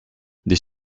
des